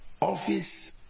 office